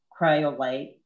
cryolite